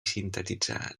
sintetitzar